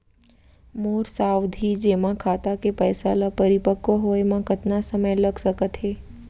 मोर सावधि जेमा खाता के पइसा ल परिपक्व होये म कतना समय लग सकत हे?